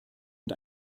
und